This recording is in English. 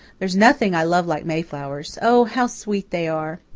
there's nothing i love like mayflowers. oh, how sweet they are!